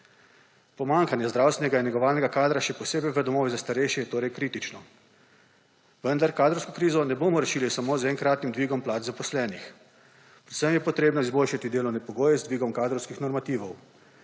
Pomanjkanje zdravstvenega in negovalnega kadra še posebej v domovih za starejše je kritično. Vendar kadrovsko krizo ne bomo rešili samo z enkratnim dvigom plač zaposlenih, predvsem je potrebno izboljšati delovne pogoje z dvigom kadrovskih normativov.